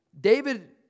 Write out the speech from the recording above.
David